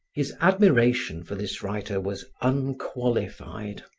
his admiration for this writer was unqualified.